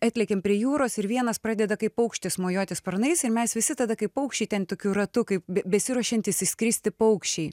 atlėkėm prie jūros ir vienas pradeda kaip paukštis mojuoti sparnais ir mes visi tada kaip paukščiai ten tokiu ratu kaip be besiruošiantys išskristi paukščiai